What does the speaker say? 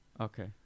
Okay